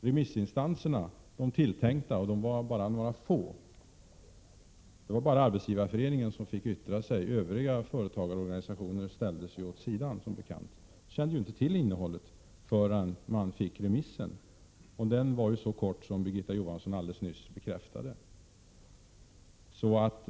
De tilltänkta remissinstanserna, och de var bara några få — det vara bara Arbetsgivareföreningen som fick yttra sig, övriga företagarorganisationer ställdes åt sidan, som bekant — kände inte till innehållet förrän de fick remissen. Remisstiden var så kort som Birgitta Johansson alldels nyss bekräftade.